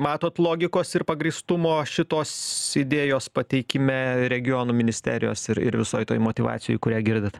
matot logikos ir pagrįstumo šitos idėjos pateikime regionų ministerijos ir ir visoj toj motyvacijoj kurią girdit